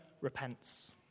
repents